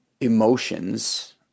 emotions